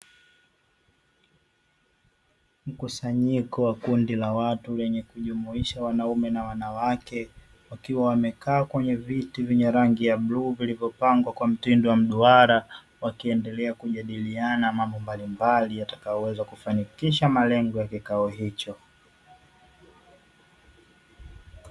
Mkusanyiko wa kundi la watu wenye kijumulisha wanaume na wanawake wakiwa wamekaa kwenye viti vyenye rangi ya bluu vilivyopangwa kwa mtindo wa mduara, wakiendelea kujadiliana mambo mbalimbali yatakayoweza kufanikisha malengo ya kikao hicho.